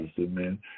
amen